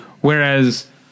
Whereas